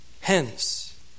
Hence